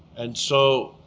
and so